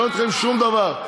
לא מעניין אתכם שום דבר.